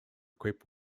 equipped